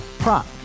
Prop